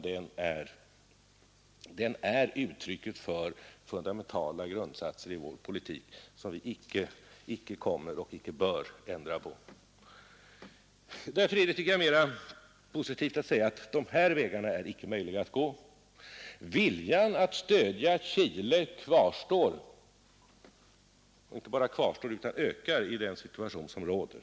Det är 62 uttryck för fundamentala grundsatser som vi icke kommer att ändra och som vi icke bör ändra. Viljan att stödja Chile inte bara kvarstår utan ökar i den situation som råder.